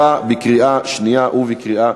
(תיקון), התשע"ד 2013, נתקבל.